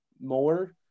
more